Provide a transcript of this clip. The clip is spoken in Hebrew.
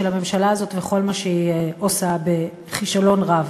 של הממשלה הזאת וכל מה שהיא עושה בכישלון רב.